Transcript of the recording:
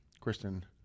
Kristen